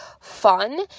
fun